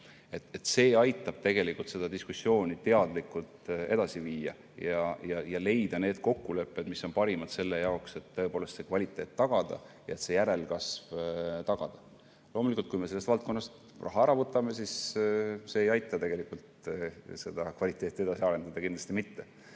aitab seda diskussiooni teadlikult edasi viia ja leida need kokkulepped, mis on parimad selle jaoks, et tõepoolest see kvaliteet ja järelkasv tagada. Loomulikult, kui me sellest valdkonnast raha ära võtame, siis see ei aita kvaliteeti edasi arendada, kindlasti mitte.